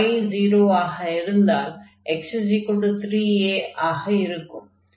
y0 ஆக இருந்தால் x3a ஆக இருக்கும்